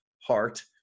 heart